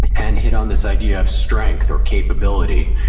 and hit on this idea of strength or capability,